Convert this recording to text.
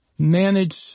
Manage